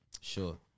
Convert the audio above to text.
Sure